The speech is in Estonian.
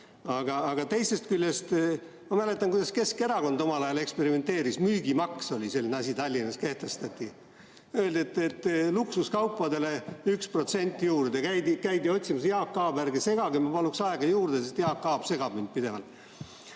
Aga teisest küljest ma mäletan, kuidas Keskerakond omal ajal eksperimenteeris. Müügimaks oli selline asi, mis Tallinnas kehtestati. Öeldi, et luksuskaupadele 1% juurde. Käidi otsimas ... Jaak Aab, ärge segage! Ma paluks aega juurde, sest Jaak Aab segab mind pidevalt.